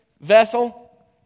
vessel